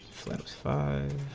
five,